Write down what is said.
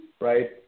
right